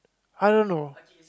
I don't know